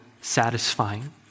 satisfying